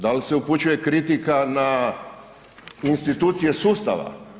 Dal se upućuje kritika na institucije sustava?